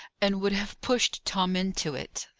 and would have pushed tom into it.